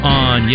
on